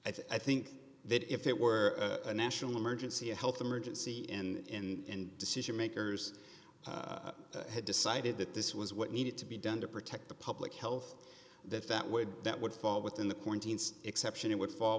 it i think that if it were a national emergency a health emergency in decision makers had decided that this was what needed to be done to protect the public health that that would that would fall within the coin to exception it would fall